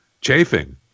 chafing